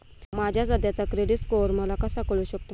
माझा सध्याचा credit score मला कसा कळू शकतो?